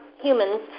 humans